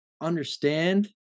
understand